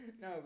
No